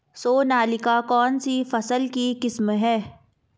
सोनालिका कौनसी फसल की किस्म है?